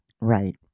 Right